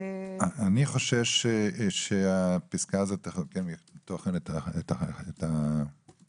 אני חושש שהפסקה הזו תרוקן מתוכן את החוק.